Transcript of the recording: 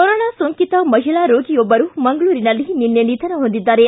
corona ಸೋಂಕಿತ ಮಹಿಳಾ ರೋಗಿಯೊಬ್ಬರು ಮಂಗಳೂರಿನಲ್ಲಿ ನಿನ್ನೆ ನಿಧನ ಹೊಂದಿದ್ದಾರೆ